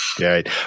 Right